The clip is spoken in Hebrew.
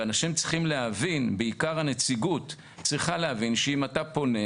ואנשים צריכים להבין בעיקר הנציגות צריכה להבין שאם אתה פונה,